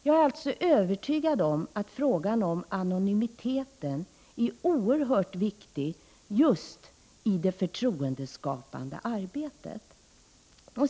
Jag är alltså övertygad om att frågan om anonymitet är oerhört viktig just i det förtroendeskapande arbetet.